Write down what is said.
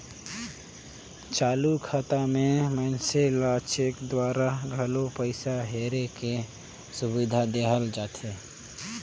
चालू खाता मे मइनसे ल चेक दूवारा घलो पइसा हेरे के सुबिधा देहल जाथे